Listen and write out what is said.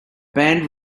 band